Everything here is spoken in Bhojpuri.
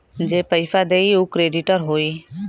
जे पइसा देई उ क्रेडिटर होई